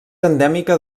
endèmica